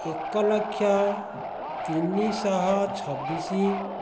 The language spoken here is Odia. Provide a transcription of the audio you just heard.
ଏକ ଲକ୍ଷ ତିନି ଶହ ଛବିଶ